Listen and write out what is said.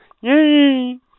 Yay